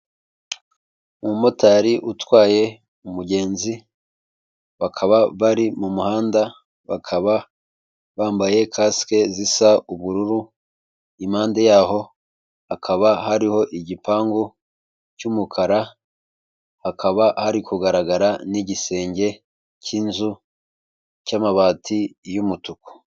Umumotari utwaye umugenzi, bakaba bari mu muhanda, bakaba bambaye kasike zisa ubururu, impande yaho hakaba hariho igipangu cy'umukara, hakaba hari kugaragara n'igisenge cy'inzu cy'amabati y'umutuku.